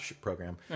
program